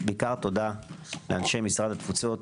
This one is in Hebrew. ובעיקר תודה לאנשי משרד התפוצות,